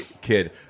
kid